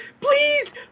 please